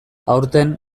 aurten